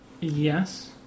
Yes